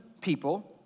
people